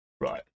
Right